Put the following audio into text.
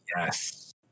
Yes